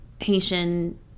Haitian